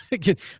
get